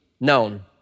known